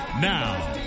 Now